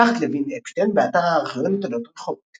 משפחת לוין אפשטיין באתר הארכיון לתולדות רחובות